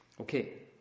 Okay